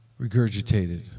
regurgitated